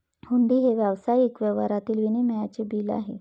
हुंडी हे व्यावसायिक व्यवहारातील विनिमयाचे बिल आहे